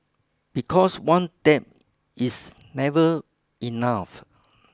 because one dab is never enough